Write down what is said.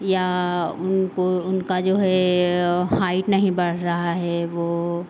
या उनको उनका जो है हाइट नहीं बढ़ रहा है वो